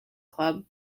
club